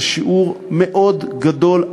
זה שיעור מאוד גדול,